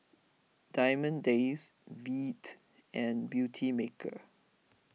Diamond Days Veet and Beautymaker